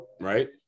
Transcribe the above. right